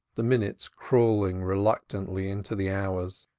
the minutes crawling reluctantly into the hours,